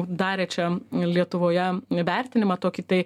darė čia lietuvoje vertinimą tokį tai